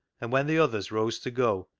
and when the others rose to go,